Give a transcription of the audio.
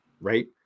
Right